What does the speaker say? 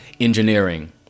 engineering